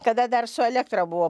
kada dar su elektra buvo